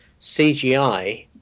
CGI